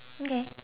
okay